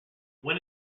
when